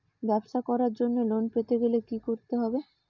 ব্যবসা করার জন্য লোন পেতে গেলে কি কি করতে হবে?